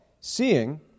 seeing